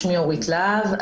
שמי אורית להב,